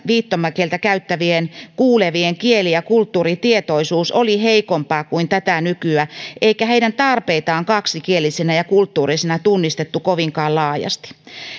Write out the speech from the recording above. viittomakieltä käyttävien kuulevien kieli ja kulttuuritietoisuus oli heikompaa kuin tätä nykyä eikä heidän tarpeitaan kaksikielisinä ja kulttuurisina tunnistettu kovinkaan laajasti